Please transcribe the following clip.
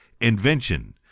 invention